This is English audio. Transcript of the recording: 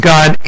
God